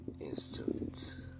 instant